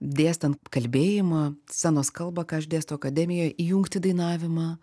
dėstant kalbėjimą scenos kalbą ką aš dėstau akademijoj įjungti dainavimą